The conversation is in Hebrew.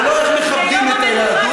ולא איך מכבדים את היהדות.